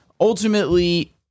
Ultimately